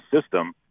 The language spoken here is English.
system